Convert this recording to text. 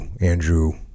Andrew